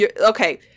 Okay